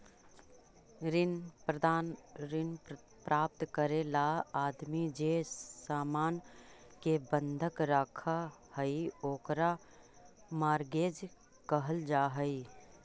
ऋण प्राप्त करे ला आदमी जे सामान के बंधक रखऽ हई ओकरा मॉर्गेज कहल जा हई